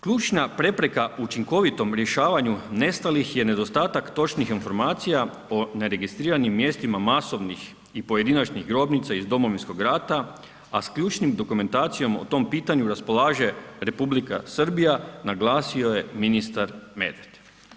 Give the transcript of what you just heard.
Ključna prepreka učinkovitom rješavanju nestalih je nedostatak točnih informacija o neregistriranim mjestima masovnih i pojedinačnih grobnica iz Domovinskog rata, a s ključnom dokumentacijom o tom pitanju raspolaže Republika Srbija naglasio je ministar Medved.